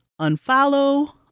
unfollow